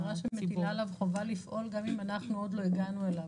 זאת הוראה שמטילה עליו חובה לפעול גם אם אנחנו עוד לא הגענו אליו.